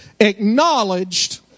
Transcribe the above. acknowledged